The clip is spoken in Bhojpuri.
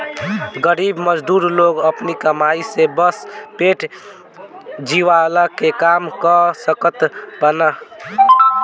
गरीब मजदूर लोग अपनी कमाई से बस पेट जियवला के काम कअ सकत बानअ